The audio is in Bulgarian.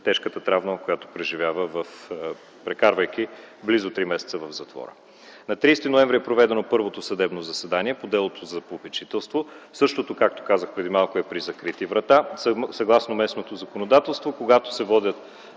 тежката травма, която преживява, прекарвайки близо три месеца в затвора. На 30 ноември е проведено първото съдебно заседание по делото за попечителство. Същото, както казах преди малко, е при закрити врата. Съгласно местното законодателство, когато се водят